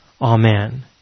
Amen